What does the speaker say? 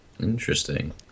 Interesting